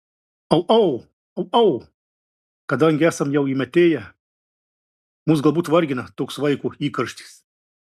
au au au au kadangi esam jau įmetėję mus galbūt vargina toks vaiko įkarštis